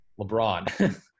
LeBron